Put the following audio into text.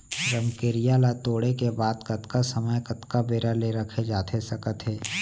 रमकेरिया ला तोड़े के बाद कतका समय कतका बेरा ले रखे जाथे सकत हे?